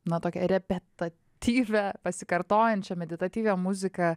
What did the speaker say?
na tokia repetatyvę pasikartojančią meditektyve muzika